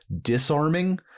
disarming